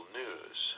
news